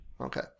Okay